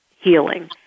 healing